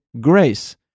grace